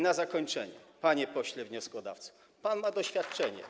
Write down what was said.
Na zakończenie: panie pośle wnioskodawco, pan ma doświadczenie.